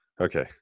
Okay